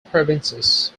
provinces